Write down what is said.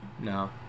No